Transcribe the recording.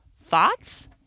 thoughts